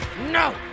No